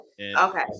okay